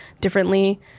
differently